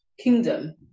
Kingdom